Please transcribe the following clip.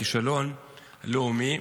הכישלון לאומי.